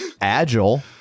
agile